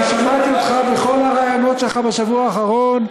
אני שמעתי אותך בכל הראיונות שלך בשבוע האחרון,